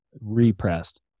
repressed